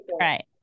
Right